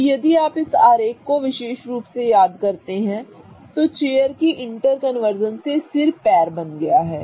तो यदि आप इस आरेख को इस विशेष रूप से याद करते हैं तो चेयर के इंटरकन्वर्जन से सिर पैर बन गया है